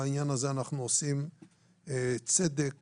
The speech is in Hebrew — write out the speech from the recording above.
אנחנו עושים צדק